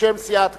בשם סיעת קדימה.